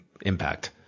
impact